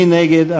מי נגד?